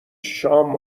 شام